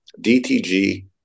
DTG